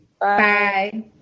Bye